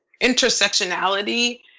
intersectionality